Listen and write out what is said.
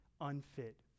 unfit